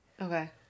okay